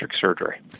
surgery